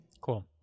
Cool